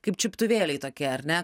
kaip čiuptuvėliai tokie ar ne